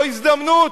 זו הזדמנות,